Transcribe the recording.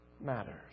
matters